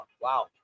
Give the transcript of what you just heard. Wow